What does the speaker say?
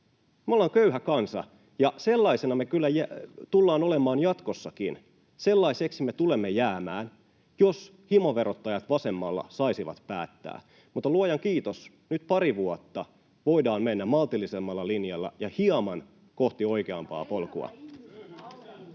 Me ollaan köyhä kansa, ja sellaisena me kyllä tullaan olemaan jatkossakin. Sellaiseksi me tulemme jäämään, jos himoverottajat vasemmalla saisivat päättää, mutta luojan kiitos, nyt pari vuotta voidaan mennä maltillisemmalla linjalla ja hieman kohti oikeampaa polkua.